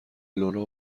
لورا